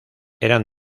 eran